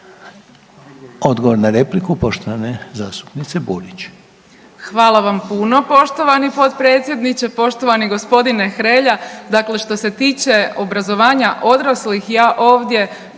Odgovor na repliku poštovane zastupnice Burić.